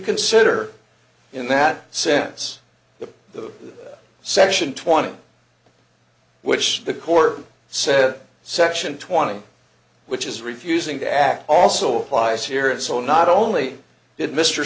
consider in that sense that the section twenty which the court said section twenty which is refusing to act also applies here and so not only did m